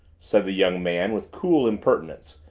said the young man with cool impertinence,